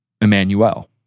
Emmanuel